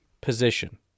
position